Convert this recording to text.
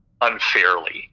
unfairly